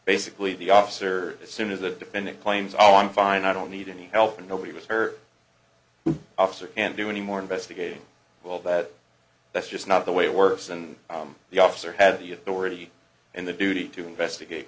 basically the officer as soon as the defendant claims all i'm fine i don't need any help and nobody was hurt the officer can't do any more investigating well that that's just not the way it works and the officer had the authority and the duty to investigate